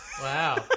Wow